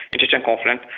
the chechen conflict.